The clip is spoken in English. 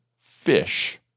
fish